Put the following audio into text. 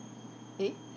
eh